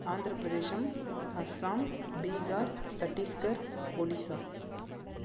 Andhra Pradesh Assam Bihar Chhattisgarh Odisha